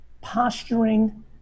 posturing